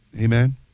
Amen